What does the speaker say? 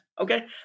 okay